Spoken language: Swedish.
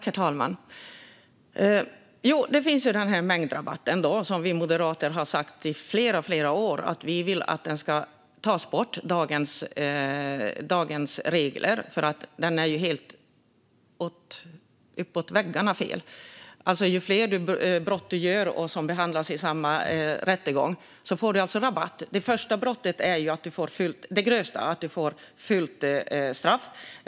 Herr talman! Det finns ju en mängdrabatt. Vi moderater har i flera år sagt att vi vill att dagens regler ska tas bort, för de är helt uppåt väggarna fel. Om man begår flera brott som behandlas i samma rättegång får man rabatt. Det grövsta brottet får man fullt straff för.